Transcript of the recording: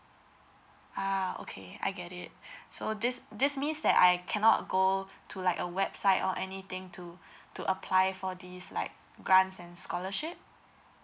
ah okay I get it so this this means that I cannot go to like a website or anything to to apply for this like grants and scholarship